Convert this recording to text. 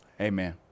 Amen